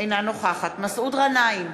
אינה נוכחת מסעוד גנאים,